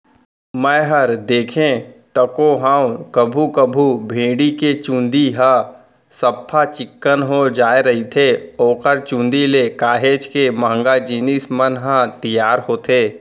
मैंहर देखें तको हंव कभू कभू भेड़ी के चंूदी ह सफ्फा चिक्कन हो जाय रहिथे ओखर चुंदी ले काहेच के महंगा जिनिस मन ह तियार होथे